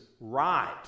right